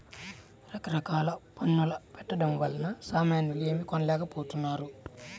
రకరకాల పన్నుల పెట్టడం వలన సామాన్యులు ఏమీ కొనలేకపోతున్నారు